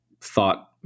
thought